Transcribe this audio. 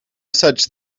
such